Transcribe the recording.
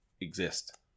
exist